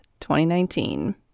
2019